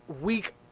week